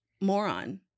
Moron